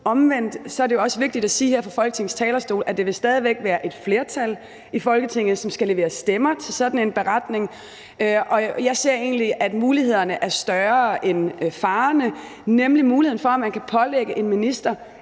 her fra Folketingets talerstol, at det stadig væk vil være et flertal i Folketinget, som skal levere stemmer til sådan en beretning. Og jeg ser egentlig, at mulighederne er større end farerne, nemlig mulighederne for, at man med en beretning kan pålægge en minister